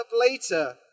later